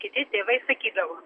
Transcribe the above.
kiti tėvai sakydavo